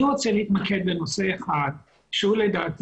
אני רוצה להתמקד בנושא אחד שהוא לדעתי